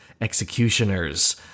executioners